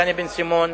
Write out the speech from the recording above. דני בן-סימון,